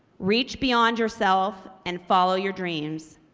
reach beyond yourself and follow your dreams.